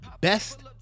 Best